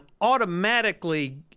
automatically